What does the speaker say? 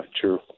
true